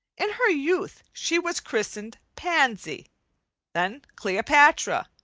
in her youth she was christened pansy then cleopatra,